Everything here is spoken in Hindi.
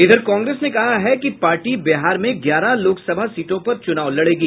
इधर कांग्रेस ने कहा है कि पार्टी बिहार में ग्यारह लोकसभा सीटों पर चूनाव लड़ेगी